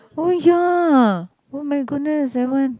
oh ya oh-my-goodness that one